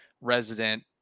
resident